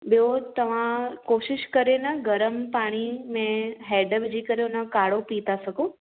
ॿियो तव्हां कोशिशि करे न गरम पाणी में हैडु विझी करे हुनजो काड़ो पी था सघो